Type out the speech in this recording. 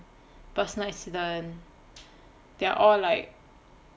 personal accident they are all like